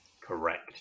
Correct